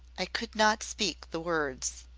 i could not speak the words.